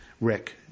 Rick